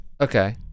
okay